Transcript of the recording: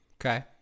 Okay